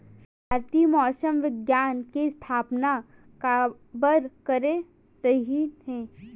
भारती मौसम विज्ञान के स्थापना काबर करे रहीन है?